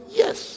yes